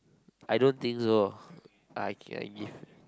I don't think so I can I give